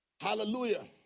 Hallelujah